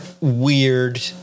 weird